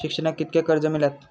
शिक्षणाक कीतक्या कर्ज मिलात?